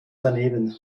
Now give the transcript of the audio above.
daneben